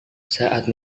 saat